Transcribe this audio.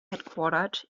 headquartered